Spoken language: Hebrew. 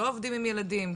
לא עובדים עם ילדים,